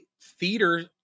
theater